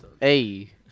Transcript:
Hey